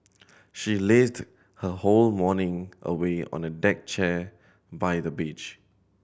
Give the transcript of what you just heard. she lazed her whole morning away on a deck chair by the beach